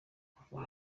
kuva